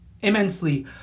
immensely